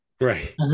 Right